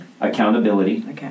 Accountability